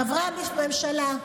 חברי הממשלה,